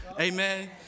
Amen